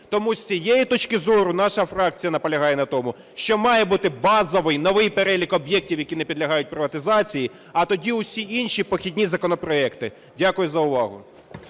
Тому з цієї точки зору наша фракція наполягає на тому, що має бути базовий новий перелік об'єктів, які не підлягають приватизації, а тоді усі інші похідні законопроекти. Дякую за увагу